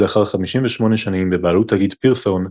כי לאחר 58 שנים בבעלות תאגיד פירסון,